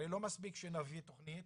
הרי לא מספיק שנביא תכנית